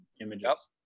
images